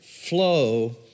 flow